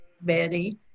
Betty